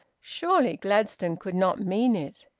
surely gladstone could not mean it!